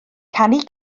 canu